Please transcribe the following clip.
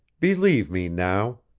believe me now.